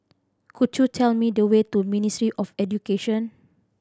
could you tell me the way to Ministry of Education